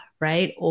right